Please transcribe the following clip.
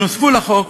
שנוספו לחוק